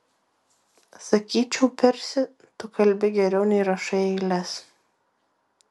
sakyčiau persi tu kalbi geriau nei rašai eiles